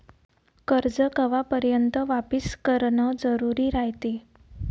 कर्ज कवापर्यंत वापिस करन जरुरी रायते?